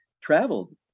traveled